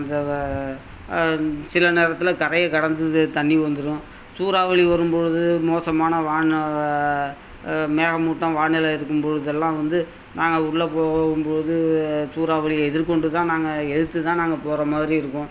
அந்த சில நேரத்தில் கரையை கடந்து தண்ணி வந்துரும் சூறாவளி வரும்பொழுது மோசமான வானிலை மேக மூட்டம் வானிலை இருக்கும் போதெல்லாம் வந்து நாங்கள் உள்ள போகும்போது சூறாவளியை எதிர்கொண்டு தான் நாங்கள் எதிர்த்து தான் நாங்கள் போகற மாதிரி இருக்கும்